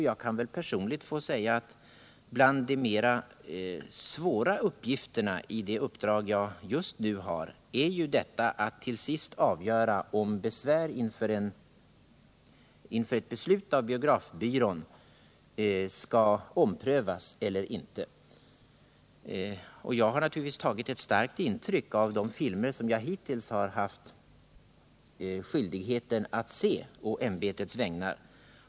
Jag kan väl personligt få säga att bland de mera svåra uppgifterna i det uppdrag jag just nu har är detta att till sist avgöra om besvär skall leda till att beslut av biografbyrån skall omprövas eller inte. Jag har naturligtvis tagit ett starkt intryck av de filmer som jag hittills har haft skyldighet att se på ämbetets vägnar.